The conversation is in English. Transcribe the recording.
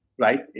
right